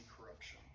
corruption